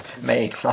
Made